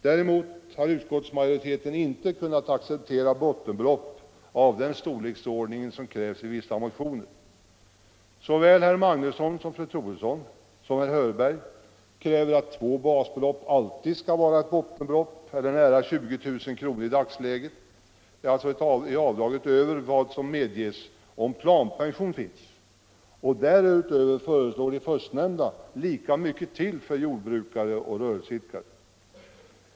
Däremot har utskottsmajoriteten inte kunnat acceptera bottenbelopp av den storleksordning som krävs i vissa motioner. Såväl herr Magnusson i Borås och fru Troedsson som herr Hörberg kräver att två basbelopp alltid skall vara ett bottenbelopp, eller nära 20-000 kr. i avdrag i dagsläget utöver vad som medges om planpension finns. Därutöver föreslår de förstnämnda lika mycket till för jordbrukare och rörelseidkare.